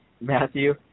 Matthew